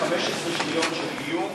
ב-15 שניות של איום,